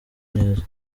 neza